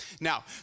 Now